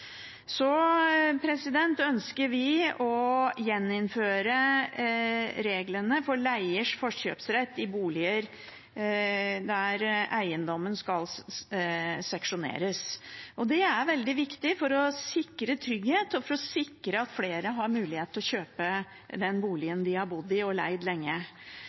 ønsker vi å gjeninnføre reglene for leiers forkjøpsrett i boliger der eiendommen skal seksjoneres. Det er veldig viktig for å sikre trygghet, og for å sikre at flere har mulighet til å kjøpe den boligen de har bodd i og leid lenge.